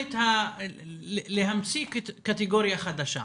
להמציא קטגוריה חדשה,